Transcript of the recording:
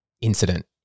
incident